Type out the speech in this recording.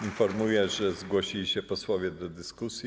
Informuję, że zgłosili się posłowie do dyskusji.